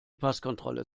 passkontrolle